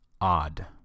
odd